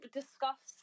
discuss